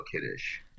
kiddish